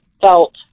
felt